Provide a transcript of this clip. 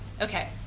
Okay